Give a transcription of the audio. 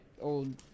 old